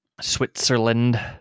switzerland